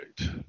right